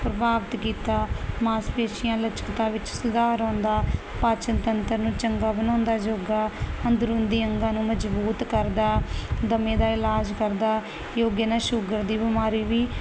ਪ੍ਰਭਾਵਤ ਕੀਤਾ ਮਾਸਪੇਸ਼ੀਆਂ ਲਚਕਤਾ ਵਿੱਚ ਸੁਧਾਰ ਆਉਂਦਾ ਪਾਚਨ ਤੰਤਰ ਨੂੰ ਚੰਗਾ ਬਣਾਉਂਦਾ ਯੋਗਾ ਅੰਦਰੂਨਦੀ ਅੰਗਾਂ ਨੂੰ ਮਜ਼ਬੂਤ ਕਰਦਾ ਦਮੇ ਦਾ ਇਲਾਜ ਕਰਦਾ ਯੋਗੇ ਨਾਲ ਸ਼ੁਗਰ ਦੀ ਬਿਮਾਰੀ ਵੀ